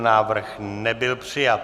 Návrh nebyl přijat.